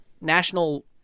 national